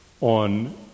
on